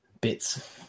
bits